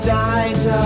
died